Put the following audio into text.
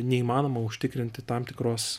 neįmanoma užtikrinti tam tikros